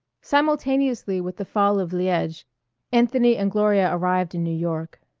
simultaneously with the fall of liege, anthony and gloria arrived in new york.